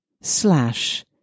slash